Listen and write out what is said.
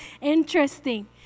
interesting